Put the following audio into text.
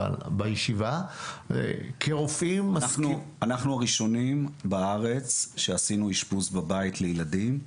בישיבה --- אנחנו הראשונים בארץ שעשינו אשפוז בבית לילדים,